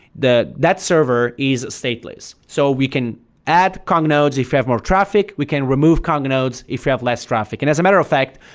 that that server is stateless. so we can add kong nodes if we have more traffic. we can remove kong nodes if we have less traffic. and as a matter of fact,